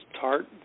tart